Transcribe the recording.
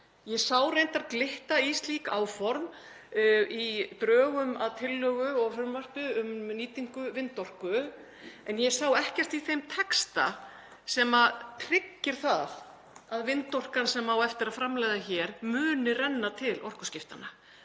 Ég sá reyndar glitta í slík áform í drögum að tillögu og frumvarpi um nýtingu vindorku en ég sá ekkert í þeim texta sem tryggir það að vindorkan sem á eftir að framleiða hér muni renna til orkuskiptanna.